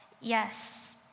yes